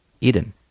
eden